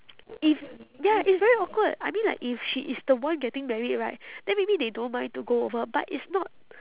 if ya it's very awkward I mean like if she is the one getting married right then maybe they don't mind to go over but it's not